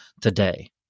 today